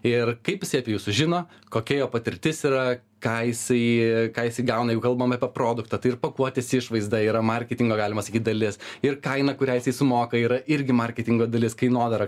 ir kaip jisai apie jus sužino kokia jo patirtis yra ką jisai ką jisai gauna juk kalbam apie produktą tai ir pakuotės išvaizda yra marketingo galima sakyt dalis ir kaina kurią jisai sumoka yra irgi marketingo dalis kainodara